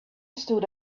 stood